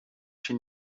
się